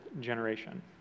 generation